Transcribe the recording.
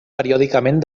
periòdicament